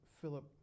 Philip